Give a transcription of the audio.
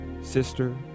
sister